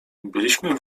byliśmy